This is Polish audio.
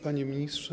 Panie Ministrze!